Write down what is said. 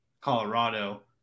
Colorado